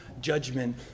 judgment